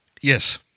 Yes